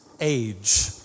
age